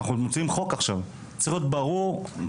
אנחנו מוציאים עכשיו חוק והענישה צריכה להיות ברורה.